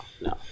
no